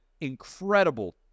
incredible